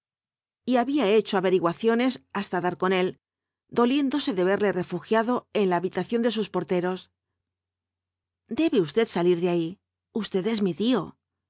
y había hecho averiguaciones hasta dar con él doliéndose de verle refugiado en la habitación de sus porteros debe usted salir de ahí usted es mi tío